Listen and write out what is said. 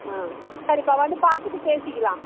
ம் சரிப்பா வந்து பார்த்துட்டு பேசிக்கலாம்